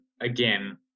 again